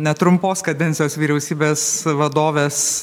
netrumpos kadencijos vyriausybės vadovės